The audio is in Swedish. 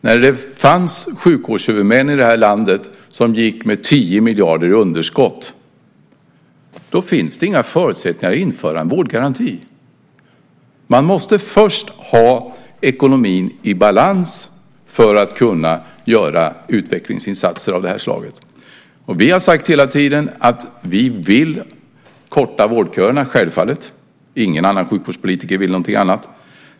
När det finns sjukvårdshuvudmän i det här landet som gick med 10 miljarder i underskott finns det inga förutsättningar att införa en vårdgaranti. Man måste först ha ekonomin i balans om man ska kunna göra utvecklingsinsatser av det här slaget. Vi har sagt hela tiden att vi vill korta vårdköerna. Det är självklart. Ingen sjukvårdspolitiker vill någonting annat.